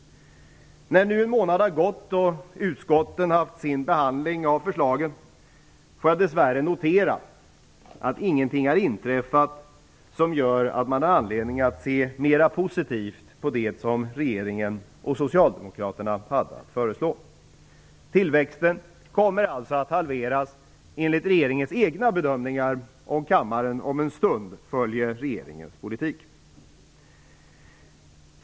När nu en månad har gått och utskotten har haft sin behandling av förslagen får jag dess värre notera att ingenting har inträffat som gör att man har anledning att se mer positivt på det som regeringen och socialdemokraterna hade att föreslå. Tillväxten kommer alltså att halveras enligt regeringens egna bedömningar om kammaren om en stund följer regeringens politik.